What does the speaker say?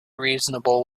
reasonable